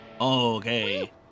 Okay